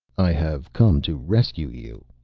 i have come to rescue you,